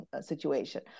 situation